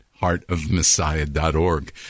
heartofmessiah.org